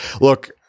Look